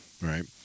right